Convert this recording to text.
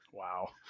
Wow